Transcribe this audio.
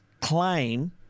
claim